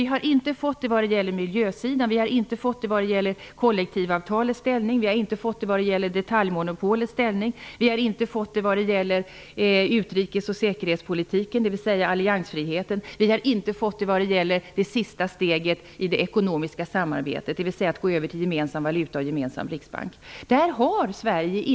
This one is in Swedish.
Vi har inte fått några undantag vad gäller miljösidan, kollektivavtalens ställning, detaljmonopolets ställning, utrikes ochsäkerhetspolitiken, dvs. alliansfriheten, eller det sista steget i det ekonomiska samarbetet, dvs. att gå över till gemensam valuta och gemensam riksbank.